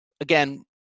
again